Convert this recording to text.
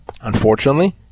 unfortunately